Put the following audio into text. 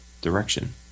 direction